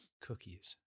cookies